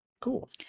Cool